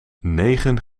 negen